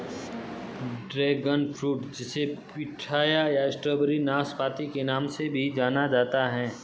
dragon fruit जिसे pitaya या strawberry नाशपाती के नाम से भी जाना जाता है